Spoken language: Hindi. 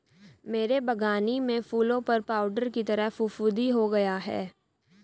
मेरे बगानी में फूलों पर पाउडर की तरह फुफुदी हो गया हैं